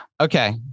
Okay